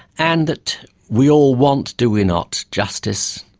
and that we all want, do we not, justice,